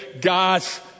God's